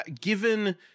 given